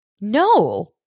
No